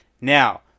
Now